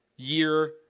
year